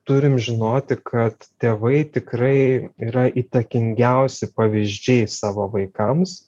turim žinoti kad tėvai tikrai yra įtakingiausi pavyzdžiai savo vaikams